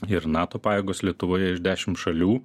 ir nato pajėgos lietuvoje iš dešim šalių